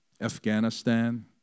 Afghanistan